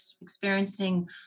experiencing